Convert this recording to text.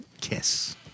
Kiss